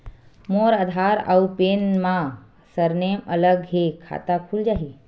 मोर आधार आऊ पैन मा सरनेम अलग हे खाता खुल जहीं?